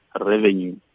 revenue